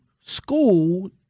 school